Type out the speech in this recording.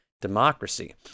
democracy